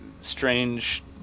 Strange